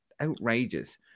Outrageous